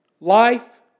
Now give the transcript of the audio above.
Life